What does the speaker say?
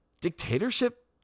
dictatorship